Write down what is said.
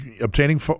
Obtaining